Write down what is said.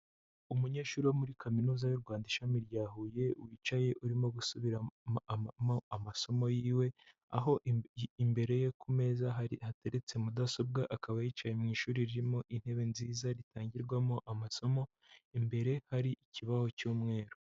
Umunyeshuri wo muri kaminuza y'u Rwanda ishami rya Huye. Wicaye urimo gusubira amasomo yiwe, aho imbere ye ku meza hari hateretse mudasobwa, akaba yicaye mu ishuri ririmo intebe nziza ritangirwamo amasomo. Imbere hari ikibaho cy'umweru.